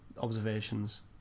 observations